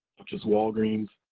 such as walgreens,